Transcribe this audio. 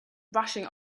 rushing